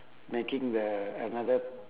making the another